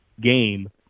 game